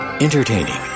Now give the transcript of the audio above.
Entertaining